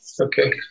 okay